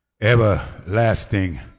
Everlasting